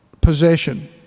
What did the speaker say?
possession